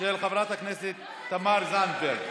של חברת הכנסת תמר זנדברג.